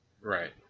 Right